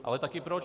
Ale také proč?